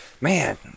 Man